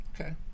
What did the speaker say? Okay